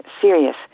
serious